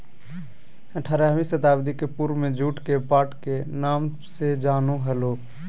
आठारहवीं शताब्दी के पूर्व में जुट के पाट के नाम से जानो हल्हो